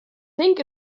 think